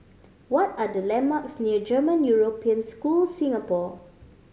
what are the landmarks near German European School Singapore